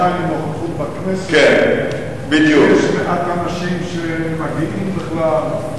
עם נוכחות בכנסת ושיש מעט אנשים שמגיעים בכלל,